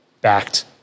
backed